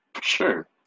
Sure